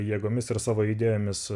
jėgomis ir savo idėjomis